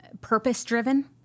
purpose-driven